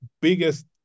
biggest